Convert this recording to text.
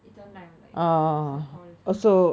it's online online so call